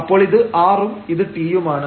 അപ്പോൾ ഇത് r ഉം ഇത് t യും ആണ്